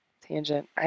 Tangent